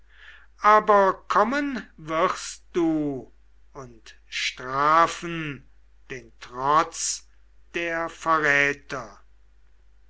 aber kommen wirst du und strafen den trotz der verräter